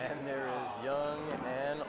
and they're all young an